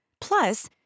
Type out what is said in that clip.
Plus